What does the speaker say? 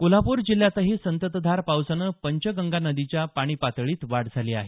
कोल्हापूर जिल्ह्यातही सम्तातधार पावसानं पंचगंगानदीच्या पाणी पातळीत वाढ झाली आहे